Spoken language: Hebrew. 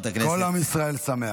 כל עם ישראל שמח.